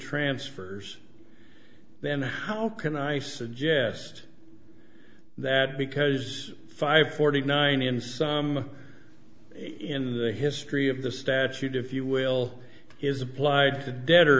transfers then how can i suggest that because five forty nine in some in the history of the statute if you will is applied to de